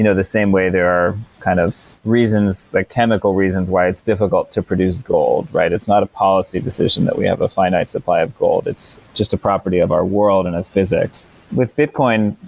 you know the same way there are kind of reasons, the chemical reasons why it's difficult to produce gold. it's not a policy decision that we have a finite supply of gold. it's just a property of our world and of physics with bitcoin,